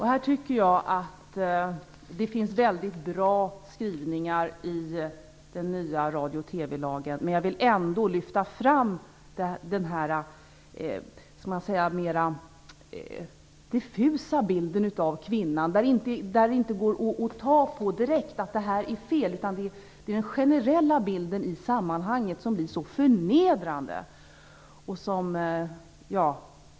Här tycker jag att det finns väldigt bra skrivningar i den nya radio och TV-lagen, men jag vill ändå lyfta fram den här diffusa bilden av kvinnan, där det inte går att sätta fingret på vad som är fel, utan det är den generella bilden som blir så förnedrande i sammanhanget.